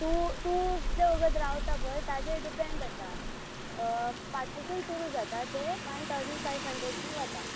तूं तूं कितले वगत रावता पळय ताजेर डिपँड आसा पांचशासून सुरू जाता तें वन थावजंड फाय हंड्रेड मेरेन वता